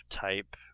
type